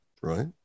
Right